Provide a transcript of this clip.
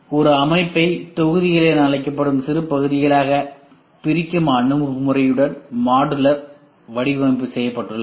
ஒரு அமைப்பை தொகுதிகள் என அழைக்கப்படும் சிறிய பகுதிகளாக பிரிக்கும் அணுகுமுறையுடன் மாடுலர் வடிவமைப்பு செய்யப்படுகிறது